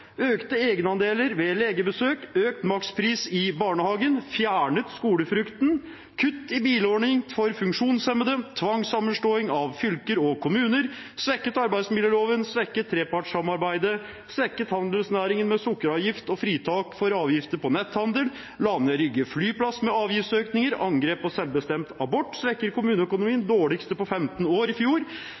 økte egenandeler ved legebesøk og økt makspris i barnehagen. De har fjernet skolefrukten, og det er kutt i bilordningen for funksjonshemmede. Det har vært tvangssammenslåing av fylker og kommuner, de har svekket arbeidsmiljøloven, svekket trepartssamarbeidet og svekket handelsnæringen med sukkeravgift og fritak for avgifter på netthandel, og de la ned Rygge flyplass med avgiftsøkninger. Det har vært angrep på